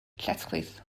lletchwith